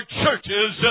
churches